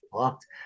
fucked